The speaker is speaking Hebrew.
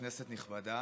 כנסת נכבדה,